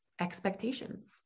expectations